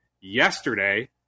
yesterday